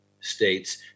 states